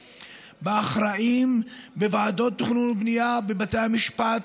באחראים בוועדות תכנון ובנייה, בבתי המשפט.